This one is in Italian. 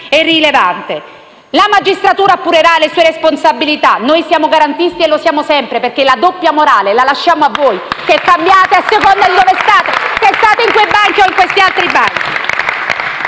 e rilevante. La magistratura appurerà le sue responsabilità. Noi siamo garantisti e lo siamo sempre, perché la doppia morale la lasciamo a voi, che cambiate a seconda di dove state, a seconda se sedete in questi o quei banchi.